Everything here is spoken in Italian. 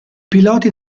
piloti